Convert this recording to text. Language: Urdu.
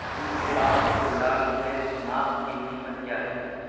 چھوٹ کے بعد سیولان فیس ماسک کی قیمت کیا ہے